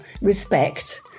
respect